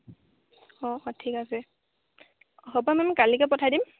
অঁ ঠিক আছে হ'ব মেম কাইলৈকে পঠাই দিম